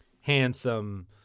handsome